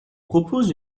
propose